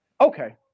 okay